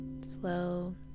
slow